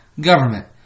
Government